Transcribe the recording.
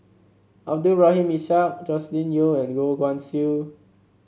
Abdul Rahim Ishak Joscelin Yeo and Goh Guan Siew